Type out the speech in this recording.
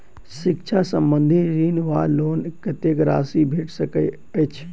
शिक्षा संबंधित ऋण वा लोन कत्तेक राशि भेट सकैत अछि?